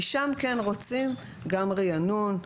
כי שם כן רוצים גם ריענון.